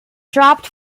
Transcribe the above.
dropped